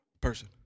person